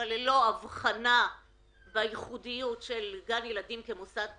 בלי הבחנה בייחודיות של גן ילדים כמוסד חינוכי.